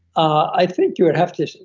i think you would have to,